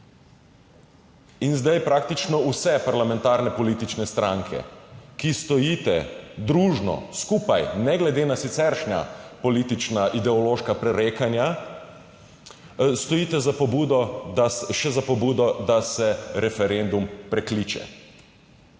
In zdaj praktično vse parlamentarne politične stranke, ki stojite družno, skupaj, ne glede na siceršnja politična, ideološka prerekanja, stojite za pobudo, da, še za pobudo, da se referendum prekliče,